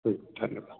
ठीक धन्यवाद